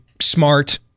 smart